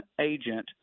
agent